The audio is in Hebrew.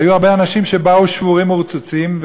היו הרבה אנשים שבאו שבורים ורצוצים,